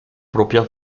propia